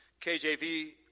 KJV